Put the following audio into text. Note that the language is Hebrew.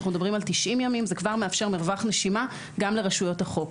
אנחנו מדברים על 90 ימים זה כבר מאפשר מרווח נשימה גם לרשויות החוק.